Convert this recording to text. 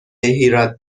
هیراد